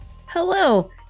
hello